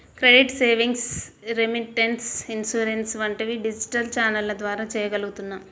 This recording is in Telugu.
క్రెడిట్, సేవింగ్స్, రెమిటెన్స్, ఇన్సూరెన్స్ వంటివి డిజిటల్ ఛానెల్ల ద్వారా చెయ్యగలుగుతున్నాం